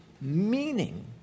meaning